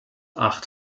acht